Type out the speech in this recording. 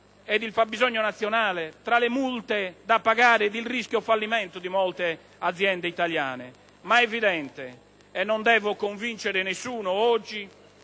ed il fabbisogno nazionale, tra le multe da pagare ed il rischio fallimento di molte aziende italiane. Ma è evidente, e non devo convincere nessuno,